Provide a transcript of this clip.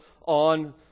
on